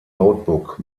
notebook